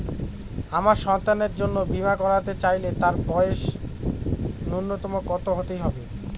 আমার সন্তানের জন্য বীমা করাতে চাইলে তার বয়স ন্যুনতম কত হতেই হবে?